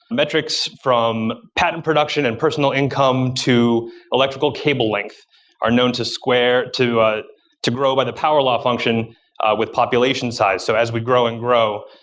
metrics from pattern production and personal income to electrical cable length are known to the square, to to grow by the power law function with population size. so as we grow and grow,